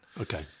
Okay